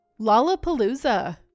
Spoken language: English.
Lollapalooza